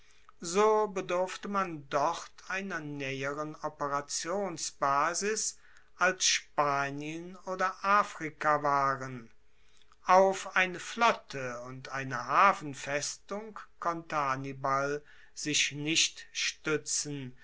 so bedurfte man dort einer naeheren operationsbasis als spanien oder afrika waren auf eine flotte und eine hafenfestung konnte hannibal sich nicht stuetzen